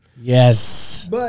Yes